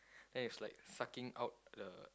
then it's like sucking out the